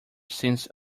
since